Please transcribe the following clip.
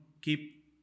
keep